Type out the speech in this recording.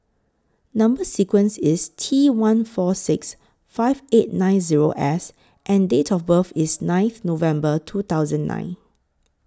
Number sequence IS T one four six five eight nine Zero S and Date of birth IS ninth November two thousand nine